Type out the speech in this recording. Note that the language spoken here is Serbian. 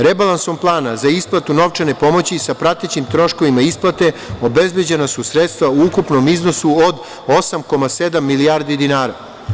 Rebalansom plana za isplatu novčane pomoći sa pratećim troškovima isplate obezbeđena su sredstva u ukupnom iznosu od 8,7 milijardi dinara.